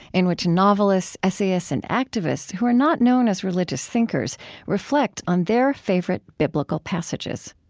in which novelists, essayists, and activists who are not known as religious thinkers reflect on their favorite biblical passages